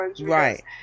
right